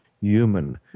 human